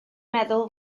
meddwl